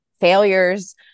failures